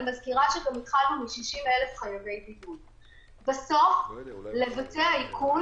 בפועל אם זה 60, בסך הכול זה בדרך כלל יהיה 60